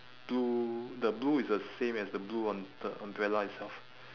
blue the blue is the same as the blue on the umbrella itself